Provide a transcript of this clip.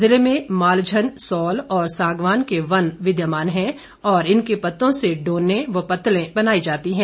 जिले में मालझन सौल और सागवान के वन विद्यमान है और इनके पत्तों से डोने व पत्तलें बनाई जाती हैं